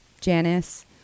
Janice